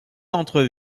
entre